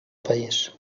país